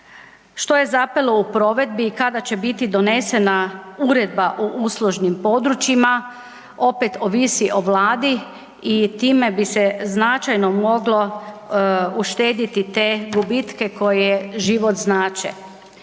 Što je zapelo u provedbi i kada će biti donesena uredba o uslužnim područjima opet ovisi o Vladi i time bi se značajno moglo uštedjeti te gubitke koje život znače.